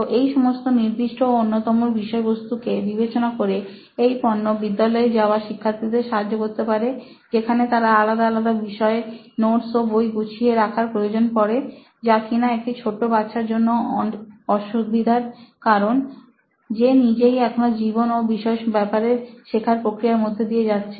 তো এই সমস্ত নির্দিষ্ট ও অন্যতম বিষয়বস্তুকে বিবেচনা করে এই পণ্য বিদ্যালয় যাওয়া শিক্ষার্থীদের সাহায্য করতে পারে যেখানে তাদের আলাদা আলাদা বিষয়ে নোটস ও বই গুছিয়ে রাখার প্রয়োজন পড়ে যা কিনা একটা ছোট্ট বাচ্চার জন্য অসুবিধার কারণ যে নিজেই এখনো জীবন ও বিষয়ের ব্যপারে শেখার প্রক্রিয়ার মধ্য দিয়ে যাচ্ছে